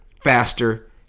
faster